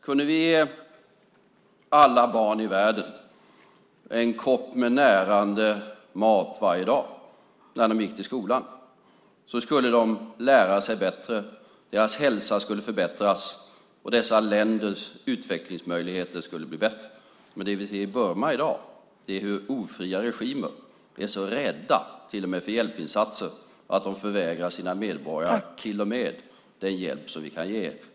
Kunde vi ge alla barn i världen en kopp med närande mat varje dag när de gick till skolan skulle de lära sig bättre. Deras hälsa skulle förbättras, och dessa länders utvecklingsmöjligheter skulle bli bättre. Men det vi ser i Burma i dag är att ofria regimer är så rädda, även för hjälpinsatser, att de förvägrar sina medborgare den hjälp som vi kan ge.